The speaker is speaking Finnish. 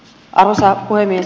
arvoisa puhemies